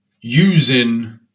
using